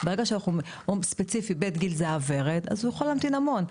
ברגע שאנחנו אומרים ספציפי בית גיל זהב ורד אז הוא יכול להמתין המון,